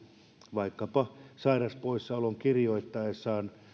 vaikkapa sairaspoissaolon kirjoittaessaan